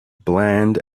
bland